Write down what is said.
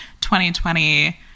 2020